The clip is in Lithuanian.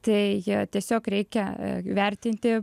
tai tiesiog reikia vertinti